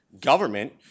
government